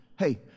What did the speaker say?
Hey